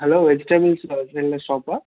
hello vegetables wholesaler షాప్ఆ